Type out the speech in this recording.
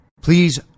Please